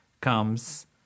comes